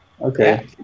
Okay